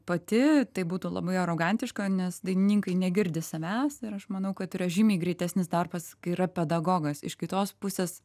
pati tai būtų labai arogantiška nes dainininkai negirdi savęs ir aš manau kad yra žymiai greitesnis darbas kai yra pedagogas iš kitos pusės